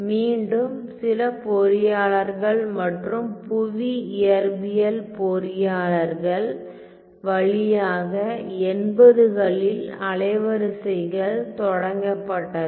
மீண்டும் சில பொறியாளர்கள் மற்றும் புவி இயற்பியல் பொறியாளர்கள் வழியாக 80 களில் அலைவரிசைகள் தொடங்கப்பட்டது